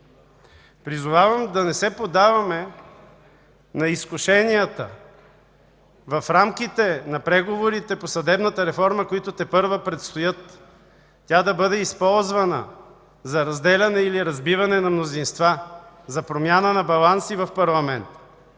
Призовавам да не се поддаваме на изкушенията в рамките на преговорите по съдебната реформа, които тепърва предстоят, тя да бъде използвана за разделяне или разбиване на мнозинства, за промяна на баланси в парламента.